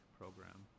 program